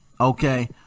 okay